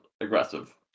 aggressive